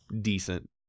decent